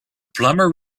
plummer